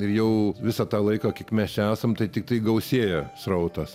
ir jau visą tą laiką kaip mes čia esam tai tiktai gausėja srautas